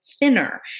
thinner